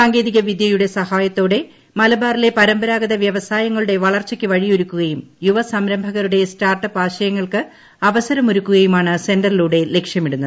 സാങ്കേതികവിദ്യയുടെ സഹായത്തോടെ മലബാറിലെ ്പരമ്പരാഗത വൃവസായങ്ങളുടെ വളർച്ചയ്ക്ക് വഴിയൊരുക്കുകയും യുവസംരഭകരുടെ സ്റ്റാർട്ട് അപ്പ് ആശയങ്ങൾക്ക് അവസരമൊരുക്കുകയുമാണ് സെന്ററിലൂടെ ലക്ഷ്യമിടുന്നത്